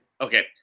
Okay